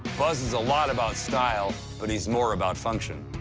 buzz is a lot about style, but he's more about function.